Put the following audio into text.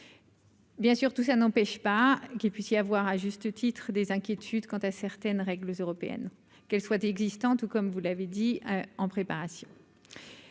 Bien sûr, tout ça n'empêche pas qu'il puisse y avoir, à juste titre des inquiétudes quant à certaines règles européennes, qu'elle soit ou comme vous l'avez dit en préparation.